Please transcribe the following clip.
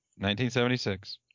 1976